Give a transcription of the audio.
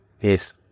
Yes